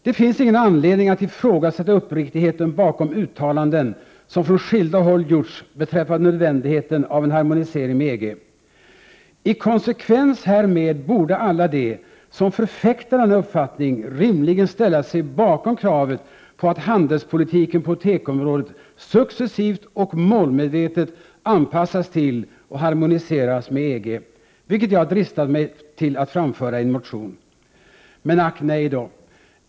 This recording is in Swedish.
Det finns ingen anledning att ifrågasätta uppriktigheten bakom de uttalanden som från skilda håll gjorts beträffande nödvändigheten av en harmonisering med EG. I konsekvens härmed borde alla de som förfäktar denna uppfattning rimligen ställa sig bakom kravet på att handelspolitiken på tekoområdet successivt och målmedvetet anpassas till och harmoniseras med EG, vilket jag har dristat mig att framföra i en motion. Men ack, nej då!